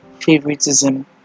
favoritism